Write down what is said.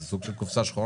זה סוג של קופסה שחורה.